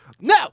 No